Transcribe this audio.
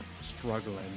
struggling